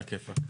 על הכיפאק.